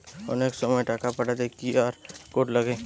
অনেক সময় টাকা পাঠাতে কিউ.আর কোড লাগে